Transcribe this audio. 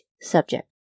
subject